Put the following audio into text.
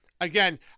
Again